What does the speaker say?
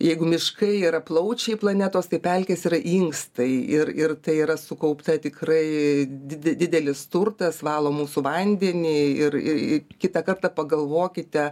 jeigu miškai yra plaučiai planetos tai pelkės yra inkstai ir ir tai yra sukaupta tikrai did didelis turtas valo mūsų vandenį ir ir į kitą kartą pagalvokite